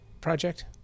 project